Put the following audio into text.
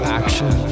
action